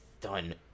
done